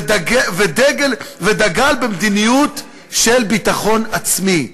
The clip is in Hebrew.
ודגל במדיניות של ביטחון עצמי.